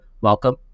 Welcome